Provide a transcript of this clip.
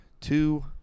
two